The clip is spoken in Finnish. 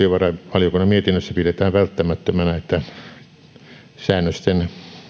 valtiovarainvaliokunnan mietinnössä pidetään välttämättömänä että säännösten